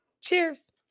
cheers